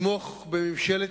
נתמוך בממשלת